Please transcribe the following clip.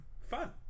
fun